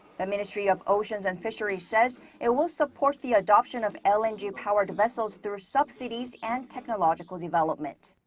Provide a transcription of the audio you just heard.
the ministry of oceans and fisheries says it will support the adoption of lng-powered vessels through subsidies and technological development.